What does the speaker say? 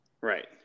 Right